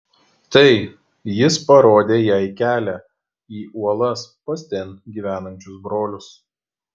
tai jis parodė jai kelią į uolas pas ten gyvenančius brolius